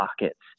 pockets